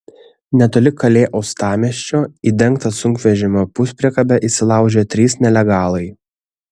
netoli kalė uostamiesčio į dengtą sunkvežimio puspriekabę įsilaužė trys nelegalai